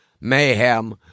mayhem